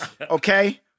okay